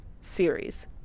series